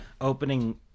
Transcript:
opening